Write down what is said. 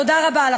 תודה רבה לכם.